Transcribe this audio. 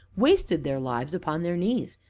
wasted their lives upon their knees,